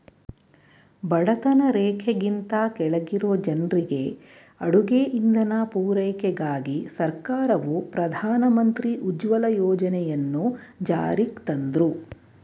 ಬಡತನ ರೇಖೆಗಿಂತ ಕೆಳಗಿರೊ ಜನ್ರಿಗೆ ಅಡುಗೆ ಇಂಧನ ಪೂರೈಕೆಗಾಗಿ ಸರ್ಕಾರವು ಪ್ರಧಾನ ಮಂತ್ರಿ ಉಜ್ವಲ ಯೋಜನೆಯನ್ನು ಜಾರಿಗ್ತಂದ್ರು